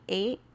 eight